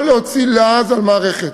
לא להוציא לעז על מערכת.